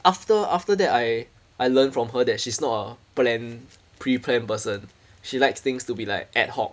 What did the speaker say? after after that I I learned from her that she's not a plan preplan person she likes things to be like ad hoc